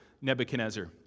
Nebuchadnezzar